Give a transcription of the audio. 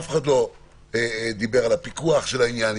אף אחד לא דיבר על הפיקוח של העניין,